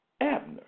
Abner